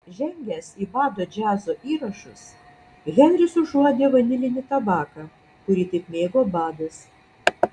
žengęs į bado džiazo įrašus henris užuodė vanilinį tabaką kurį taip mėgo badas